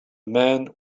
man